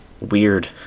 Weird